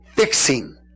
Fixing